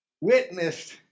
witnessed